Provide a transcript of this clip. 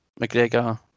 McGregor